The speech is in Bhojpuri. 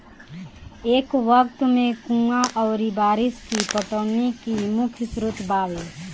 ए वक्त में कुंवा अउरी बारिस ही पटौनी के मुख्य स्रोत बावे